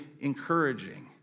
encouraging